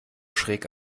schräg